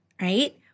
right